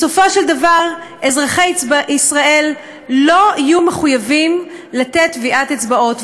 בסופו של דבר אזרחי ישראל לא יהיו מחויבים לתת טביעת אצבעות,